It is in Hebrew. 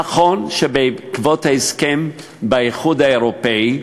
נכון שבעקבות ההסכם באיחוד האירופי,